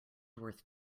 worth